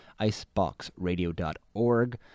iceboxradio.org